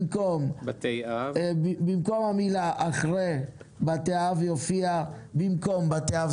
במקום המילה "אחרי בתי אב" יופיע: "במקום בתי אב".